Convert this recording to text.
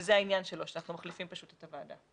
שזה העניין שלו, שאנחנו מחליפים את הוועדה.